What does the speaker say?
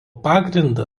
pagrindą